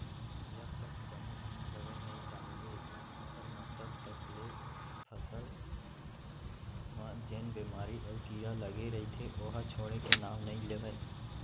जब तक बने असन दवई नइ डालबे फसल म तब तक ले फसल म जेन बेमारी अउ कीरा लगे रइथे ओहा छोड़े के नांव नइ लेवय